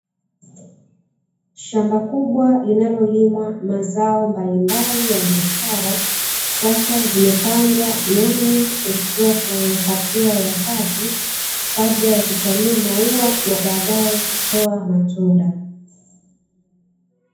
Shamba kubwa linalolimwa mazao mbalimbali ya biashara. Sasa zimepandwa nyanya, zikiwa kwenye hatua ya kati, kabla ya kuchanua maua na baadaye kutoa matunda.